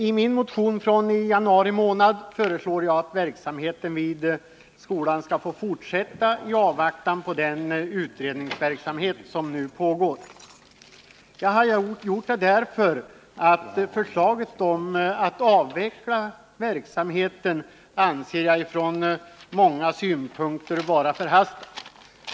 I min motion föreslår jag att verksamheten vid skolan skall få fortsätta i avvaktan på den utredning som nu pågår. Jag anser att förslaget om att avveckla verksamheten från många synpunkter är förhastat.